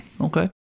Okay